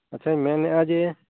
ᱟᱪᱪᱷᱟᱧ ᱢᱮᱱ ᱮᱫᱟ ᱡᱮ